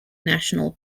national